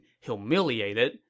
humiliated